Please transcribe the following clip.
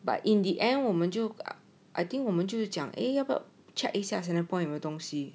but in the end 我们就噶 I think 我们就讲 eh check 一下 centrepoint 有没有东西